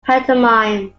pantomimes